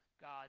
God